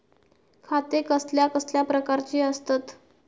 खाते कसल्या कसल्या प्रकारची असतत?